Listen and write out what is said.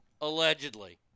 Allegedly